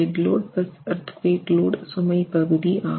9 DL EL சுமை பகுதி ஆகும்